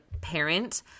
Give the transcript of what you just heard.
parent